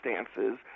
circumstances